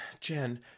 Jen